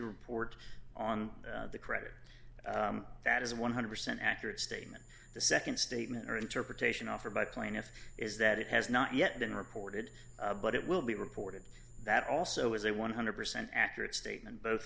to report on the credit that is one hundred percent accurate statement the nd statement or interpretation offered by plaintiff is that it has not yet been reported but it will be reported that also is a one hundred percent accurate statement both